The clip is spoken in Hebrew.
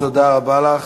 תודה רבה לך.